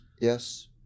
Yes